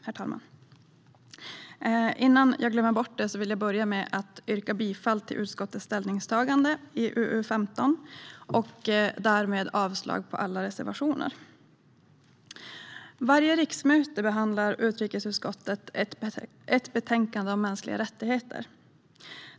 Herr talman! För att inte glömma bort det vill jag börja med att yrka bifall till utskottets ställningstagande i betänkande UU15 och därmed avslag på alla reservationer. Varje riksmöte behandlar utrikesutskottet ett betänkande om mänskliga rättigheter.